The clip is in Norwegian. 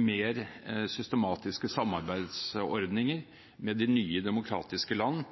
mer systematiske samarbeidsordninger med de nye demokratiske land,